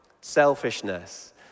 selfishness